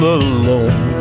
alone